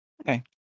Okay